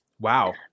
Wow